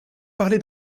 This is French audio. parler